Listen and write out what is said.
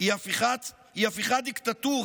היא הפיכה דיקטטורית,